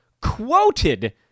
quoted